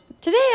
Today